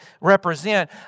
represent